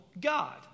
God